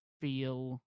feel